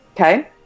Okay